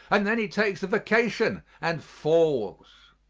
and then he takes a vacation and falls.